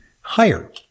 higher